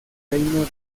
reino